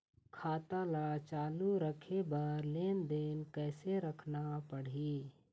खाता ला चालू रखे बर लेनदेन कैसे रखना पड़ही?